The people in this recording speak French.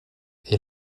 est